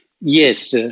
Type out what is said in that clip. Yes